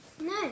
No